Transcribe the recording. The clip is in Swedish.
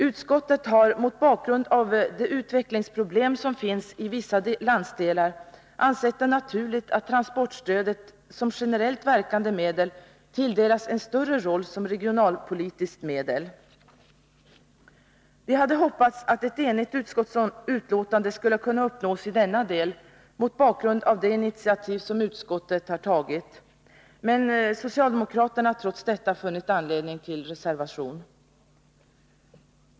Utskottet har mot bakgrund av de utvecklingsproblem som finns i vissa landsdelar ansett det naturligt att transportstödet som generellt verkande medel tilldelas en större roll som regionalpolitiskt medel. Vi hade hoppats att ett enhälligt utskottsbetänkande skulle kunna uppnås i denna del mot bakgrund av det initiativ som utskottet tagit. Men socialdemokraterna har trots detta funnit anledning till reservation.